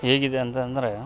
ಹೇಗಿದೆ ಅಂತ ಅಂದರೆ